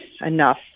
enough